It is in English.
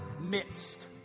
midst